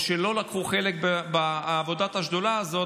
או שלא לקחו חלק בעבודת השדולה הזאת,